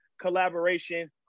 collaboration